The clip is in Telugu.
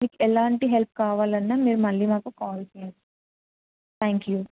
మీకు ఎలాంటి హెల్ప్ కావాలన్నా మీరు మళ్ళీ నాకు కాల్ చేయండి థ్యాంక్ యూ